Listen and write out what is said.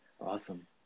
Awesome